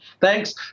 Thanks